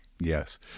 Yes